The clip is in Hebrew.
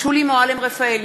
שולי מועלם-רפאלי,